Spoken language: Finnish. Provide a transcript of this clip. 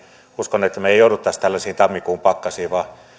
uskon että me emme joutuisi tällaisiin tammikuun pakkasiin vaan